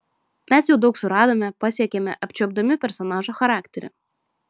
mes jau daug suradome pasiekėme apčiuopdami personažo charakterį